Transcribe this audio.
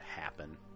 happen